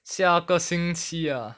下个星期 ah